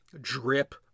drip